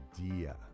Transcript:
idea